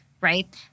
right